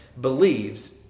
believes